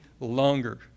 longer